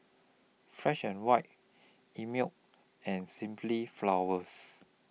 Fresh and White Einmilk and Simply Flowers